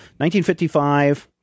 1955